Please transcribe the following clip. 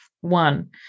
one